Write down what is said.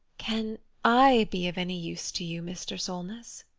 can i be of any use to you, mr. solness?